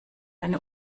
eine